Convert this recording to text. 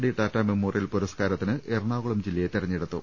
D Tata memorial പുരസ്കാരത്തിന് എറണാകുളം ജില്ലയെ തെരഞ്ഞെടുത്തു